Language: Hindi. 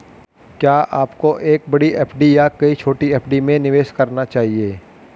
क्या आपको एक बड़ी एफ.डी या कई छोटी एफ.डी में निवेश करना चाहिए?